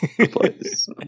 place